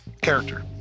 Character